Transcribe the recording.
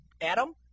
Adam